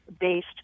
based